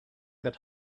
that